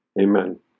Amen